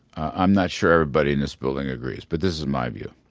i'm not sure everybody in this building agrees, but this is my view.